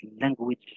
language